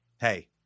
Hey